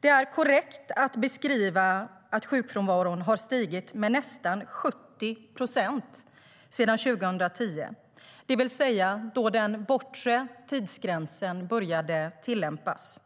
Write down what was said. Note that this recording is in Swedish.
Det är korrekt att beskriva att sjukfrånvaron har stigit med nästan 70 procent sedan 2010, då den bortre tidsgränsen började tillämpas.